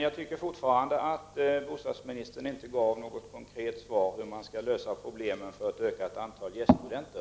Jag tycker fortfarande att bostadsministern inte gav något konkret svar på frågan hur man skall lösa problemen för ett ökat antal gäststudenter.